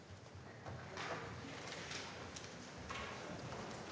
Tak